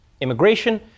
Immigration